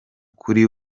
kuri